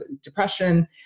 depression